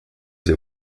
that